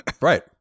Right